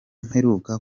mperuka